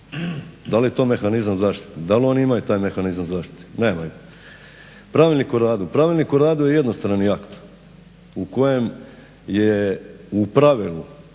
Da li je to mehanizam zaštite, da li oni imaju taj mehanizam zaštite? Nemaju. Pravilnik o radu. Pravilnik o radu je jednostrani akt u kojem su u pravilu